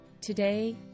Today